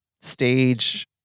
stage